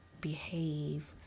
behave